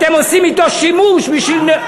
אתם עושים בו שימוש בשביל,